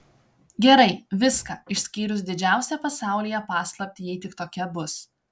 gerai viską išskyrus didžiausią pasaulyje paslaptį jei tik tokia bus